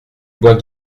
bois